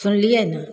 सुनलिए ने